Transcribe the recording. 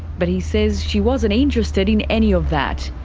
but he says she wasn't interested in any of that.